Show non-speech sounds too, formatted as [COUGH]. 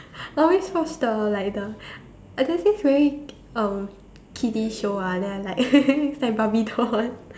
I always watch the like the uh there's this very uh kiddie show ah then I like [LAUGHS] it's like Barbie doll one